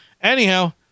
anyhow